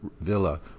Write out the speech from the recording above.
villa